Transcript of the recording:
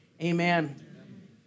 amen